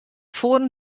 foaren